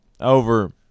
over